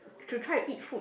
to try to eat food